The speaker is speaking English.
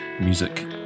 music